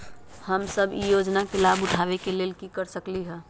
हम सब ई योजना के लाभ उठावे के लेल की कर सकलि ह?